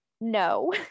no